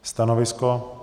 Stanovisko?